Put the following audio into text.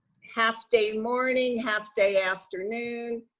half day, morning half day, afternoon,